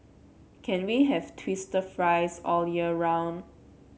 can we have twister fries all year round